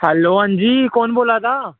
hello ह्जी कु'न बोल्ला दा